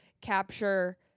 capture